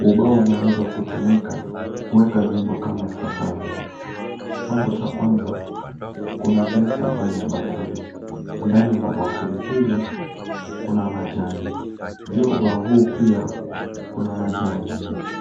Ubao umeweza kutumika kuweka vyombo kama ifuatavyo; chombo cha kwanza, kuna glasi ambayo ni ya bakuli. Ndani mwa bakuli hili kuna majani. Juu ya ubao huu pia kuna majani.